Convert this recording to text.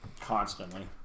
Constantly